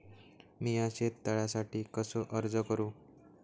मीया शेत तळ्यासाठी कसो अर्ज करू?